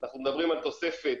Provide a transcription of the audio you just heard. אנחנו מדברים על תוספת